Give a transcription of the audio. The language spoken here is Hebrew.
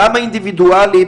גם האינדוידואלי,